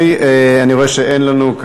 קריאה ראשונה.